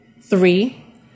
Three